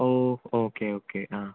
ഓ okay okay ആ